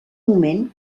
moment